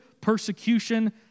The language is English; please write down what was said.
persecution